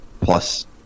plus